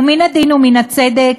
ומן הדין ומן הצדק